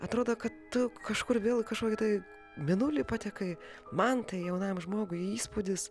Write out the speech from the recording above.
atrodo kad tu kažkur vėl kažkokį tai mėnulį patekai man tai jaunam žmogui įspūdis